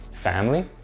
family